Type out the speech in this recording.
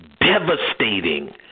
Devastating